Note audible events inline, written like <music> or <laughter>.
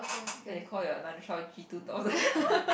then you call your another child G-two-thousand <laughs>